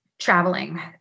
Traveling